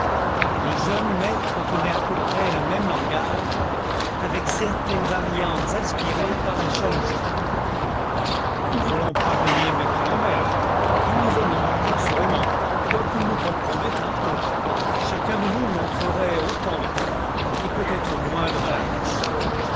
les jeunes maîtres tenaient à peu près le même langage avec certaines variantes inspirées par la jalousie nous ne voulons pas renier maître l'ambert il nous honore assurément quoiqu'il nous compromette un peu chacun de nous montrerait autant ce cœur et peut-être moins de maladresse